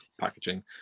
packaging